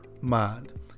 mind